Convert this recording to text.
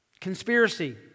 conspiracy